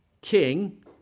king